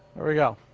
we go.